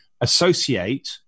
associate